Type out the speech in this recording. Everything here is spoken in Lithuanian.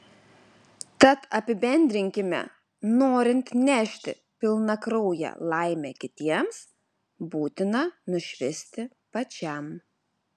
tad apibendrinkime norint nešti pilnakrauję laimę kitiems būtina nušvisti pačiam